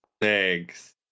Thanks